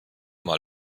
mal